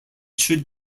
should